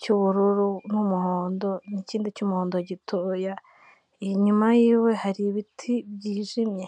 cy'ubururu n'umuhondo n'ikindi cy'umuhondo gitoya, inyuma yiwe hari ibiti byijimye.